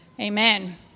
Amen